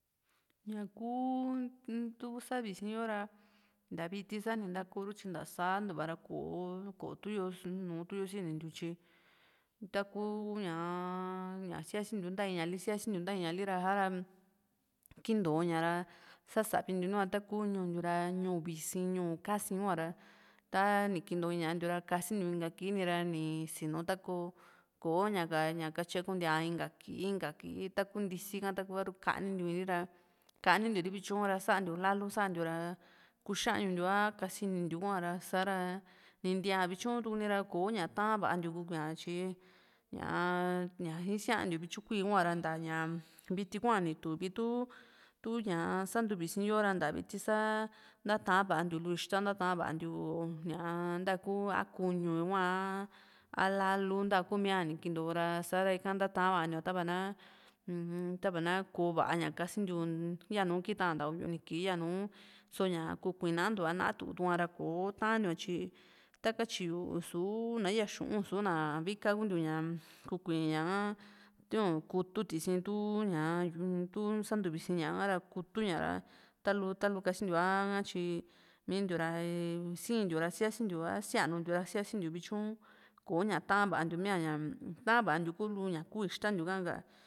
ña kuu tu santu visi yo ra ntaviti sa nintokoru tyi ntasa ntuap a ra kò´o ru kotu´yo sinintiu tyi taku ñaa ña siasintiu nta in ña li síasintiu nta in ñal ra kintoña ra sasvintiu nu´a taku ñuu yuu ra ñuu visi ñuu ka´sin kua´ra tani kinto in ñaa ntiu ra kasintiu nika kiira ni sinu takó kò´o ña ka ña katye kuntíaa inka kii inka kii taku ntisi taku a´ru kani ntiu in ri ra kanintiu ri vtyu ra santiu lalu santiu ra kúxañu ntíu´a kasinintiu hua ra ni ntii ña vityu tukuni ra só ko´ña taavantiu kukuíaa tyti ñá ña isiantiu vityu kuii huara ntá ña viti hua ni tu´vi tu tú ñaa santuvisi yo ra ntá viti saa ntavantiu lu ixta ntavantiu ñaa ntakú a kuñu hua´a lalu ntákumia ni kinto ra sa´ra ika ntatavantiu ña tava ná uu-m yava náa kó va´a ña kasintiu yanu kita nta uvi uni kii yanu só´ña kukuinantua naatu´tukuara kó taantiu´a tyi takatyi yu u´su na íya xu´u i´suna vika kuntiu ña kuikuí ñá ka tiiu´n kútu tisi tu´ña tun santu visi ña´a ka´ra kutu ña ra talu talu kasintiu a na tyi miintiu ra sii ntiu ra síasintiu a sianuntiou ra síasintiu vityuu ko´ña tavantiu mía ña tavantiu kulu ña ku ixtan tiuka ha